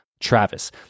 Travis